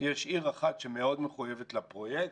יש עיר אחת שמאוד מחויבת לפרויקט,